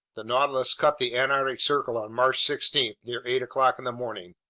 the nautilus cut the antarctic circle on march sixteen near eight o'clock in the morning.